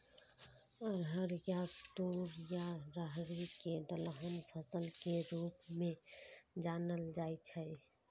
अरहर या तूर या राहरि कें दलहन फसल के रूप मे जानल जाइ छै